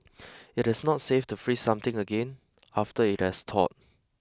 it is not safe to freeze something again after it has thawed